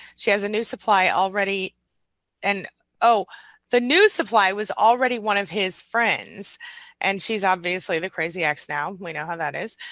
she has a new supply already and oh the new supply was already one of his friends and she's obviously the crazy ex now. we know how that is.